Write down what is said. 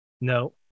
No